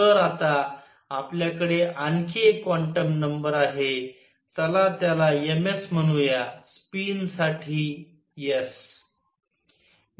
तर आता आपल्याकडे आणखी एक क्वांटम नंबर आहे चला त्याला m s म्हणूया स्पिन साठी s